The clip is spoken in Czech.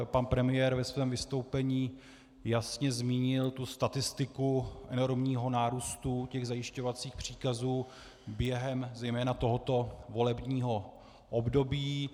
Pan premiér ve svém vystoupení jasně zmínil statistiku enormního nárůstu zajišťovacích příkazů během zejména tohoto volebního období.